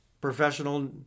professional